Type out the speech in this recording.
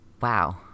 Wow